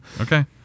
Okay